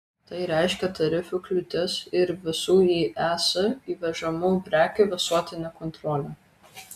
tai reiškia tarifų kliūtis ir visų į es įvežamų prekių visuotinę kontrolę